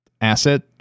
asset